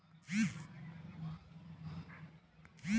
रहर के कटाई के बाद सफाई करेके तरीका बताइ?